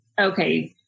okay